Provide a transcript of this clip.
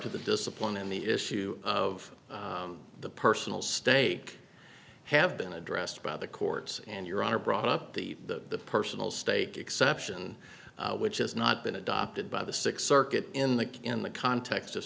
to the discipline and the issue of the personal stake have been addressed by the courts and your honor brought up the the personal stake exception which has not been adopted by the six circuit in the in the context of